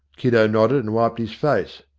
kiddo nodded, and wiped his face.